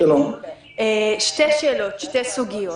שתי שאלות, שתי סוגיות.